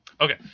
Okay